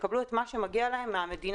שיקבלו את מה שמגיע להם מהמדינה.